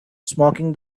smoking